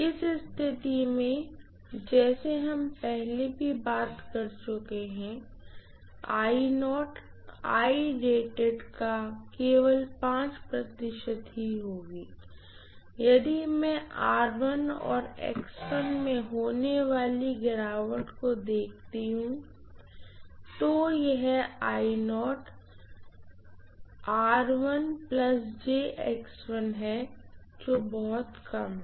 इस स्थिति में जैसे हम पहले भी बात कर चुके हैं कि का केवल प्रतिशत ही होगी इसलिए यदि मैं और में होने वाली गिरावट को देखती हूँ तो यह है जो बहुत कम है